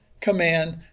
command